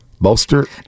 Bolster